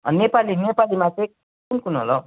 नेपाली नेपालीमा चाहिँ कुन कुन होला हौ